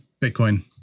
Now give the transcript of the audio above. Bitcoin